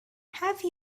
have